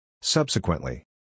Subsequently